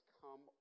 come